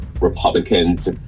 Republicans